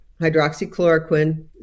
hydroxychloroquine